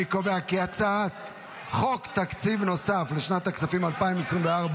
אני קובע כי הצעת חוק תקציב נוסף לשנת הכספים 2024 (מס' 2),